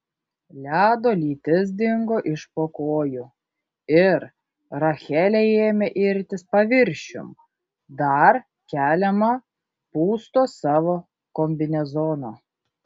ledo lytis dingo iš po kojų ir rachelė ėmė irtis paviršiun dar keliama pūsto savo kombinezono